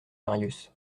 marius